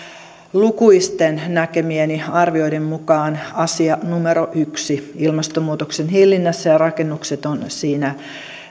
lukuisten näkemieni arvioiden mukaan asia numero yksi ilmastonmuutoksen hillinnässä ja rakennukset ovat siinä